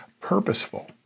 purposeful